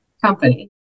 company